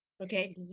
Okay